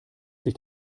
sich